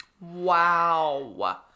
Wow